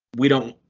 we don't.